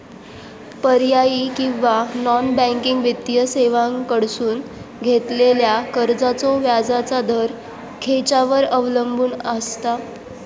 पर्यायी किंवा non banking वित्तीय सेवांकडसून घेतलेल्या कर्जाचो व्याजाचा दर खेच्यार अवलंबून आसता?